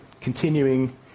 continuing